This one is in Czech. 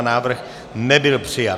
Návrh nebyl přijat.